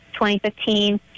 2015